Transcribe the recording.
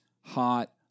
hot